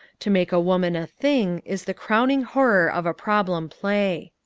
to make a woman a thing is the crowning horror of a problem play.